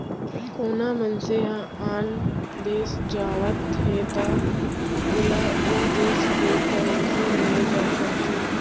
कोना मनसे ह आन देस जावत हे त ओला ओ देस के करेंसी लेय बर पड़थे